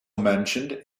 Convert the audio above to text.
mentioned